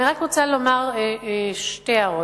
אני רק רוצה לומר שתי הערות.